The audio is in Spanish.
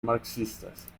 marxistas